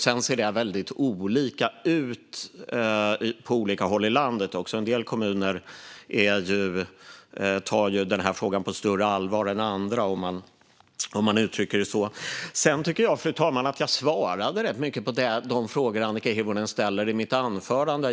Detta ser väldigt olika ut på olika håll i landet. En del kommuner tar denna fråga på ett större allvar än andra, om man uttrycker det så. Fru talman! Jag tycker att jag i mitt anförande svarade rätt mycket på de frågor som Annika Hirvonen ställde.